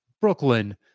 Brooklyn